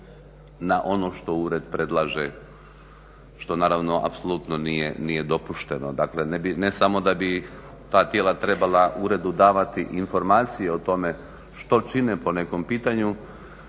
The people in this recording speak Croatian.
na ono što ured predlaže što apsolutno nije dopušteno. Dakle ne samo da bi ta tijela trebala uredu davati informacije o tome što čine po tom pitanju